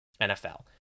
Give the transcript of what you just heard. NFL